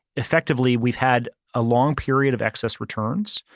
effectively we've had a long period of excess returns,